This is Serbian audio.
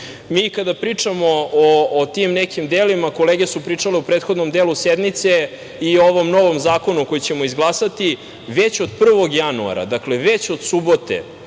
i kada pričamo o tim nekim delima kolege su pričale u prethodnom delu sednice i o ovom novom zakonu koji ćemo izglasati, već od 1. januara, dakle, već od subote,